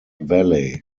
valley